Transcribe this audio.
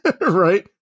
Right